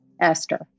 esther